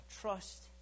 trust